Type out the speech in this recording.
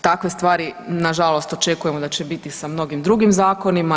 Takve stvari na žalost očekujemo da će biti sa mnogim drugim zakonima.